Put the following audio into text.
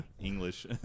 english